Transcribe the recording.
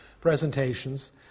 presentations